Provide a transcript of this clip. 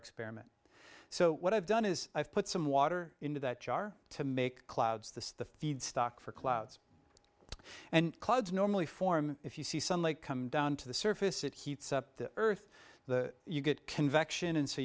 experiment so what i've done is i've put some water into that jar to make clouds the feedstock for clouds and clouds normally form if you see sunlight come down to the surface it heats up the earth the you get convection and so